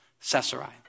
Caesarea